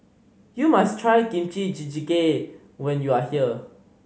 you must try Kimchi Jjigae when you are here